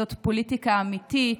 זאת פוליטיקה אמיתית,